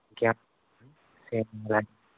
ఇంకేమైన